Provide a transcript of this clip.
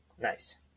Nice